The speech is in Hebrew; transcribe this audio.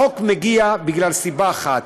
החוק מגיע מסיבה אחת,